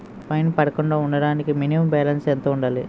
Fine పడకుండా ఉండటానికి minimum balance ఎంత ఉండాలి?